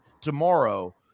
tomorrow